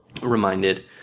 reminded